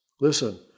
Listen